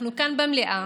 אנחנו כאן במליאה,